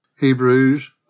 Hebrews